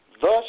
Thus